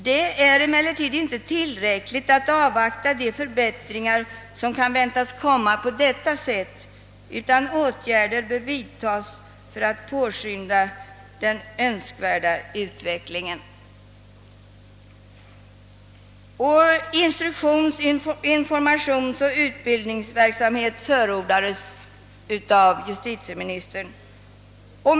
Det är emellertid inte tillräckligt att avvakta de förbättringar som kan väntas komma på detta sätt utan åtgärder bör vidtas för att påskynda den önskvärda utvecklingen.» Instruktions-, informationsoch utbildningsverksamhet förordades av justitieministern.